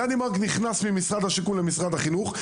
גדי מארק עבר ממשרד הבינוי והשיכון למשרד החינוך,